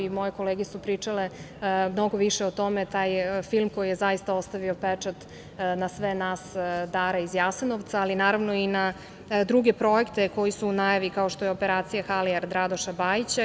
Moje kolege su pričale mnogo više o tome, film koji je zaista ostavio pečat na sve nas, Dara iz Jasenovca, ali naravno i na druge projekte koji su u najavi, kao što je „Operacija Halijer“ od Radoša Bajića.